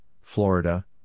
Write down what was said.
Florida